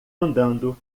andando